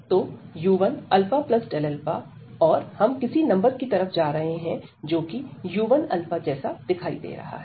तो u1α और हम किसी नंबर की तरफ जा रहे हैं जो कि u1 जैसा दिखाई दे रहा है